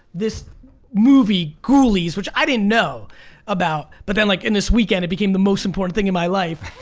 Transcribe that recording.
this movie, ghoulies, which i didn't know about, but then like in this weekend it became the most important thing in my life,